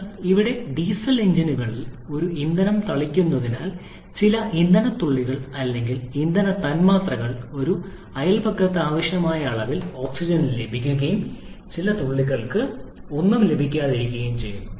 എന്നാൽ ഇവിടെ ഡീസൽ എഞ്ചിനുകളിൽ ഒരു ഇന്ധനം തളിക്കുന്നതിനാൽ ചില ഇന്ധന തുള്ളികൾ അല്ലെങ്കിൽ ഇന്ധന തന്മാത്രകൾ ഒരു അയൽപക്കത്ത് ആവശ്യമായ അളവിൽ ഓക്സിജൻ ലഭിക്കുകയും ചില തുള്ളികൾക്ക് ഒന്നും ലഭിക്കാതിരിക്കുകയും ചെയ്യുന്നു